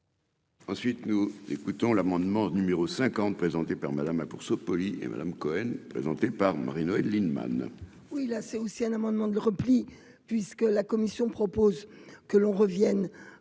Ensuite, nous l'écoutons l'amendement numéro 50 présenté par Madame hein, pour se et Madame Cohen, présentée par Marie-Noëlle Lienemann.